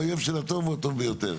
האויב של הטוב הוא הטוב ביותר.